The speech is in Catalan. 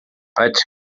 faig